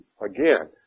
again